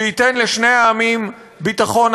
שייתן לשני העמים ביטחון,